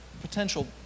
potential